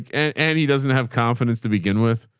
and and he doesn't have confidence to begin with.